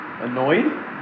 Annoyed